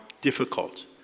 difficult